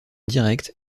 directe